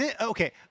Okay